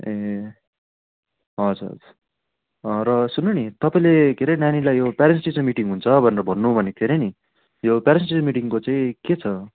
ए हजुर हजुर र सुन्नु नि तपाईँले के अरे नानीलाई यो प्यारेन्ट्स टिचर मिटिङ हुन्छ भनेर भन्नु भनेको थियो अरे नि प्यारेन्ट्स टिचर मिटिङको चाहिँ के छ